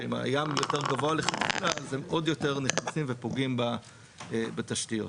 שאם הים יותר גבוה מלכתחילה אז הם עוד יותר נכנסים ופוגעים בתשתיות.